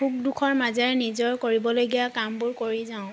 সুখ দুখৰ মাজেৰে নিজৰ কৰিবলগীয়া কামবোৰ কৰি যাওঁ